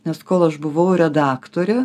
nes kol aš buvau redaktore